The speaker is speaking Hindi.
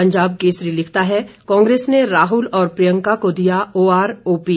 पंजाब केसरी लिखता है कांग्रेस ने राहुल और प्रियंका को दिया ओआरओपी